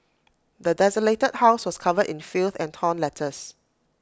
the desolated house was covered in filth and torn letters